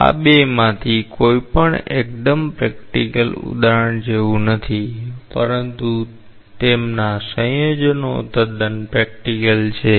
આ બે માંથી કોઈ પણ એકદમ પ્રેક્ટિકલ ઉદાહરણો જેવું નથી પરંતુ તેમના સંયોજનો તદ્દન પ્રેક્ટિકલ છે